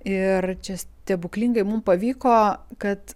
ir čia stebuklingai mum pavyko kad